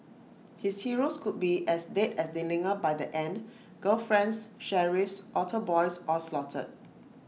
his heroes could be as dead as Dillinger by the end girlfriends sheriffs altar boys all slaughtered